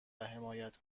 حمایت